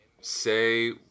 say